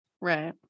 Right